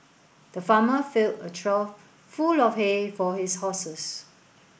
the farmer filled a trough full of hay for his horses